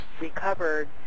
recovered